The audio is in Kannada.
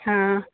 ಹಾಂ